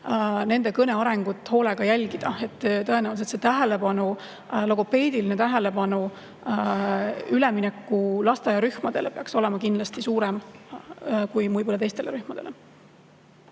nende kõne arengut [tuleb] hoolega jälgida. Tõenäoliselt see tähelepanu, logopeediline tähelepanu ülemineku lasteaiarühmadele peaks olema kindlasti suurem kui teistele rühmadele.